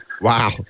Wow